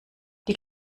die